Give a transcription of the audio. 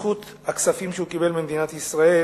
בזכות הכספים שהוא קיבל במדינת ישראל,